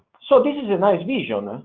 so this is a nice vision,